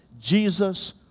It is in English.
Jesus